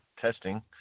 testing